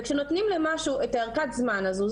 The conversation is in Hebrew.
כשנותנים למשהו את ארכת הזמן הזו,